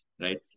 right